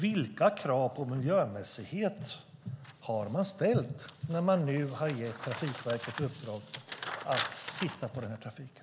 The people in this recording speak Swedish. Vilka krav på miljömässighet har man ställt när man nu har gett Trafikverket i uppdrag att se på den här trafiken?